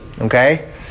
okay